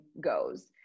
goes